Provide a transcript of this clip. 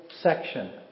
section